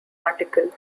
article